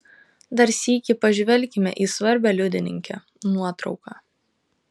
dar sykį pažvelkime į svarbią liudininkę nuotrauką